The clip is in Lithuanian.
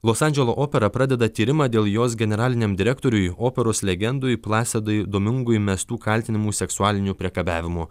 los andželo opera pradeda tyrimą dėl jos generaliniam direktoriui operos legendui plasidui domingui mestų kaltinimų seksualiniu priekabiavimu